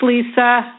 Lisa